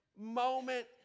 moment